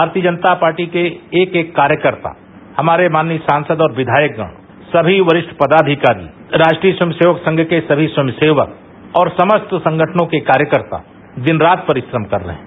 भारतीय जनता पार्टी के एक एक कार्यकर्ता हमारे माननीय सांसद और विधायक गण सभी वरिष्ठ पदाधिकारी राष्ट्रीय स्वयंसेवक संघ के सभी स्वयंसेवक और समस्त संगठनों के कार्यकर्ता दिन रात परिश्रम कर रहे हैं